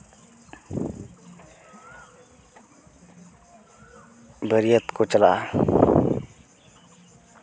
ᱵᱟᱹᱨᱭᱟᱹᱛ ᱠᱚ ᱪᱟᱞᱟᱜᱼᱟ